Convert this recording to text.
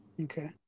okay